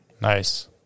Nice